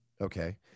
Okay